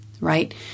right